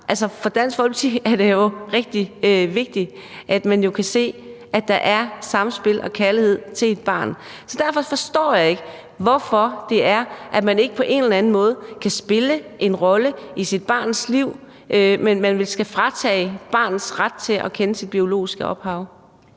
For Dansk Folkeparti er det rigtig vigtigt, at man kan se, at der er samspil med og kærlighed til et barn. Derfor forstår jeg ikke, hvorfor det er, at forældrene ikke på en eller anden måde kan spille en rolle i deres barns liv, men at man skal fratage et barns ret til at kende sit biologiske ophav.